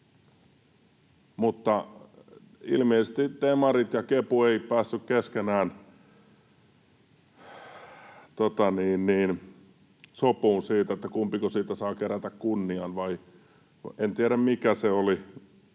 ilmeisesti demarit ja kepu eivät päässeet keskenään sopuun, kumpiko siitä saa kerätä kunnian, tai en tiedä, mikä aiheutti